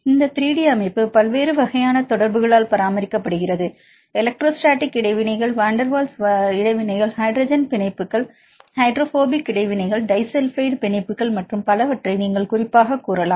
இந்த 3D அமைப்பு பல்வேறு வகையான தொடர்புகளால் பராமரிக்கப்படுகிறது எலக்ட்ரோஸ்டேடிக் இடைவினைகள் வான் டெர் வால்ஸ் இடைவினைகள் ஹைட்ரஜன் பிணைப்புகள் ஹைட்ரோபோபிக் இடைவினைகள் டைஸல்பைடு பிணைப்புகள் மற்றும் பலவற்றை நீங்கள் குறிப்பாகக் கூறலாம்